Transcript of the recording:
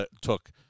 took